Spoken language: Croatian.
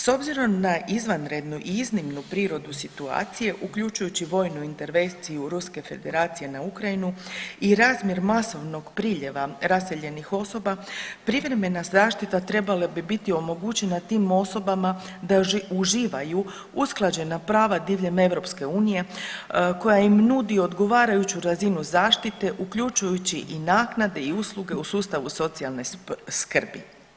S obzirom na izvanrednu i iznimnu prirodu situacije uključujući vojnu intervenciju Ruske Federacije na Ukrajinu i razmjer masovnog priljeva raseljenih osoba privremena zaštita trebala bi biti omogućena tim osobama da uživaju usklađena prava diljem EU koja im nudi ogovarajuću razinu zaštite uključujući i naknade i usluge u sustavu socijalne skrbi.